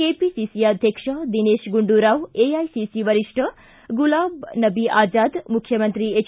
KPCC ಅಧ್ಯಕ್ಷ Dinesh Gundurao AICC ವರಿಷ್ಠ ಗುಲಾಬ್ ನಬಿ ಆಜಾದ್ ಮುಖ್ಯಮಂತ್ರಿ ಎಚ್